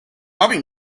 papi